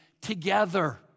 together